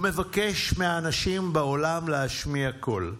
והוא מבקש מהאנשים בעולם להשמיע קול.